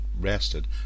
rested